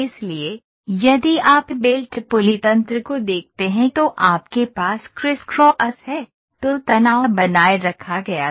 इसलिए यदि आप बेल्ट पुली तंत्र को देखते हैं तो आपके पास क्रिस्क्रॉस है तो तनाव बनाए रखा गया था